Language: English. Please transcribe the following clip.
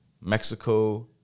Mexico